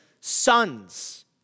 sons